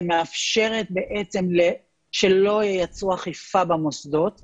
ומאפשרת בעצם שלא ייצרו אכיפה במוסדות עצמם,